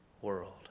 world